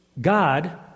God